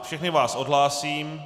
Všechny vás odhlásím.